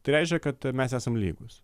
tai reiškia kad mes esam lygūs